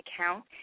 account